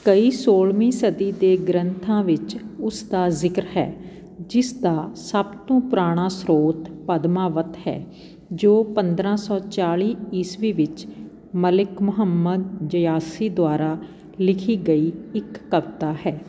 ਕਈ ਸੋਲਵੀਂ ਸਦੀ ਦੇ ਗ੍ਰੰਥਾਂ ਵਿੱਚ ਉਸ ਦਾ ਜ਼ਿਕਰ ਹੈ ਜਿਸ ਦਾ ਸਭ ਤੋਂ ਪੁਰਾਣਾ ਸਰੋਤ ਪਦਮਾਵਤ ਹੈ ਜੋ ਪੰਦਰਾਂ ਸੌ ਚਾਲੀ ਈਸਵੀ ਵਿੱਚ ਮਲਿਕ ਮੁਹੰਮਦ ਜਾਯਸੀ ਦੁਆਰਾ ਲਿਖੀ ਗਈ ਇੱਕ ਕਵਿਤਾ ਹੈ